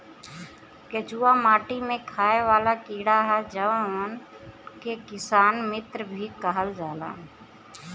केचुआ माटी में खाएं वाला कीड़ा ह जावना के किसान मित्र भी कहल जाला